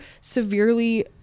severely